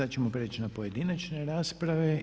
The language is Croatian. Sad ćemo prijeći na pojedinačne rasprave.